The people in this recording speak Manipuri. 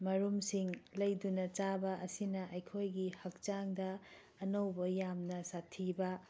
ꯃꯔꯨꯝꯁꯤꯡ ꯂꯩꯗꯨꯅ ꯆꯥꯕ ꯑꯁꯤꯅ ꯑꯩꯈꯣꯏꯒꯤ ꯍꯛꯆꯥꯡꯗ ꯑꯅꯧꯕ ꯌꯥꯝꯅ ꯁꯥꯊꯤꯕ